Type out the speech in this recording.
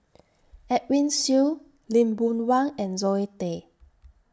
Edwin Siew Lee Boon Wang and Zoe Tay